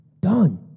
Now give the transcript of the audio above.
done